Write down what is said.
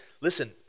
listen